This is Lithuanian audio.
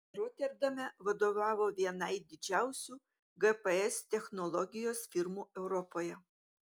roterdame vadovavo vienai didžiausių gps technologijos firmų europoje